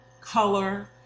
color